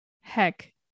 Heck